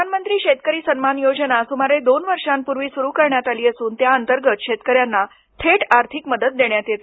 प्रधानमंत्री शेतकरी सन्मान योजना सुमारे दोन वर्षांपूर्वी सुरु करण्यात आली असून त्या अंतर्गत शेतकऱ्यांना थेट आर्थिक मदत देण्यात येते